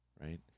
Right